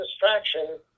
distraction